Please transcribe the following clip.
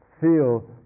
feel